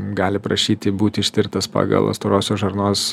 gali prašyti būti ištirtas pagal storosios žarnos